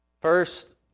First